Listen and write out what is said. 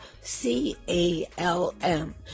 C-A-L-M